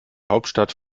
hauptstadt